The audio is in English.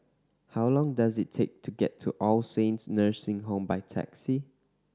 how long does it take to get to All Saints Nursing Home by taxi